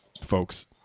folks